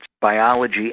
biology